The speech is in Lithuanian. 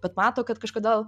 bet mato kad kažkodėl